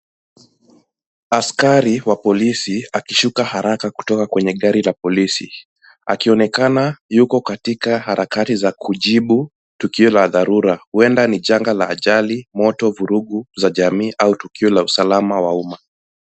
Askari wa polisi akishuka haraka kutoka kwenye gari la polisi akionekana yuko katika harakati za kujibu tukio la dharura. Huenda ni janga la ajali, moto, vurugu za jamii au tukio la usalama wa umma.